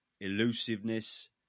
elusiveness